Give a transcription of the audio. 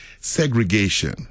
segregation